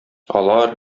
алар